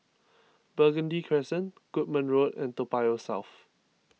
Burgundy Crescent Goodman Road and Toa Payoh South